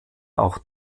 auch